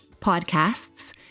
podcasts